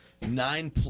nine